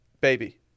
baby